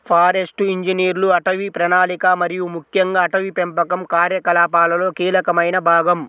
forest ఇంజనీర్లు అటవీ ప్రణాళిక మరియు ముఖ్యంగా అటవీ పెంపకం కార్యకలాపాలలో కీలకమైన భాగం